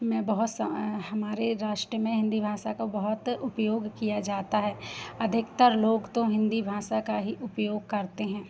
में बहुत हमारे राष्ट्र में हिन्दी भाषा का बहुत उपयोग किया जाता है अधिकतर लोग तो हिन्दी भाषा का ही उपयोग करते हैं